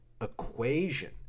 equation